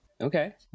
Okay